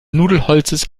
nudelholzes